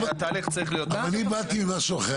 אני הבנתי משהו אחר.